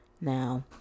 Now